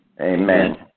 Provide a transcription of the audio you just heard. Amen